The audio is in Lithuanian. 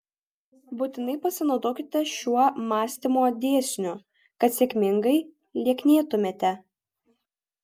būtinai pasinaudokite šiuo mąstymo dėsniu kad sėkmingai lieknėtumėte